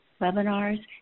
webinars